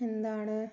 എന്താണ്